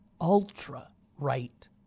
ultra-right